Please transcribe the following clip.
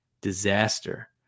disaster